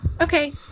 okay